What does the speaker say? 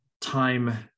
time